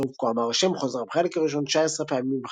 הצירוף "כה אמר ה'" חוזר בחלק הראשון תשע-עשרה פעמים,